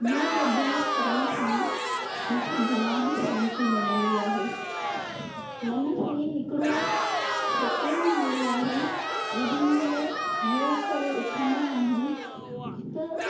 योग अभ्यासु करण सां मूंखे दीमाग़ी शांती मिलंदी आहे मन खे हिकिड़ो सुकून हूंदो आहे जेॾीमहिल योग करे उथंदा आहियूं त